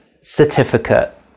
certificate